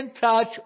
touch